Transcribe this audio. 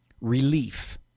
relief